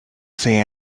say